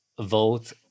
vote